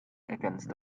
against